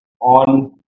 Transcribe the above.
on